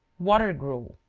water gruel.